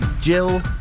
Jill